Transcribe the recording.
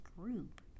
group